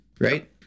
Right